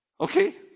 Okay